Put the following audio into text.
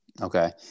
Okay